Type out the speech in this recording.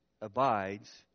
abides